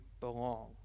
belong